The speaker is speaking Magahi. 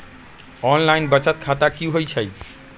ऑनलाइन बचत खाता की होई छई?